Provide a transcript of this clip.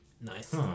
Nice